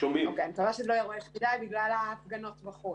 מקווה שזה לא יהיה רועש מדי בגלל ההפגנות בחוץ.